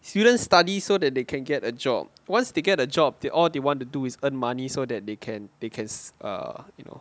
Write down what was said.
students study so that they can get a job once they get a job they all they want to do is earn money so that they can they ca~ err you know